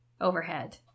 overhead